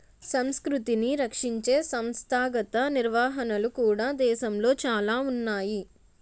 సంస్కృతిని రక్షించే సంస్థాగత నిర్వహణలు కూడా దేశంలో చాలా ఉన్నాయి